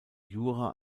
jura